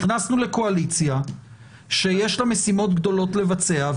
נכנסנו לקואליציה שיש לה משימות גדולות לבצע,